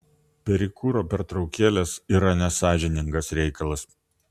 perikūro pertraukėlės yra nesąžiningas reikalas